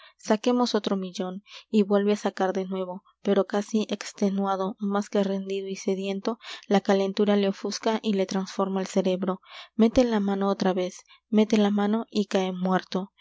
saquemos otro millón y vuelve á sacar de nuevo pero casi extenuado más que rendido y sediento la calentura le ofusca y le trastorna el cerebro mete la mano otra vez mete la mano y cae muerto